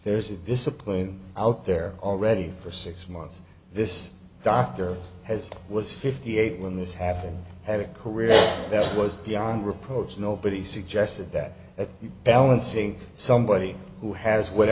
there's a discipline out there already for six months this doctor has was fifty eight when this happened had a career that was beyond reproach nobody suggested that at balancing somebody who has what